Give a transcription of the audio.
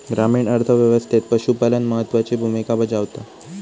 ग्रामीण अर्थ व्यवस्थेत पशुपालन महत्त्वाची भूमिका बजावता